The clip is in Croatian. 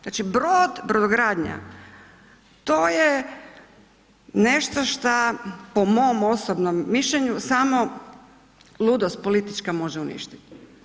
Znači brod, brodogradnja, to je nešto šta po mom osobnom mišljenju samo ludost politička može uništiti.